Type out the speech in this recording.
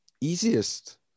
easiest